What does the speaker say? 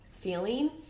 feeling